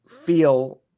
feel